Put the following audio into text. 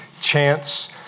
chance